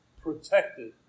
protected